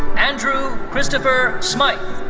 andrew christopher smyth.